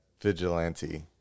vigilante